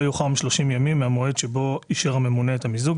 לא יאוחר משלושים ימים מהמועד שבו אישר הממונה את המיזוג,